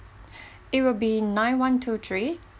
it will be nine one two three